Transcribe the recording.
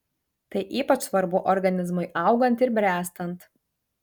tai ypač svarbu organizmui augant ir bręstant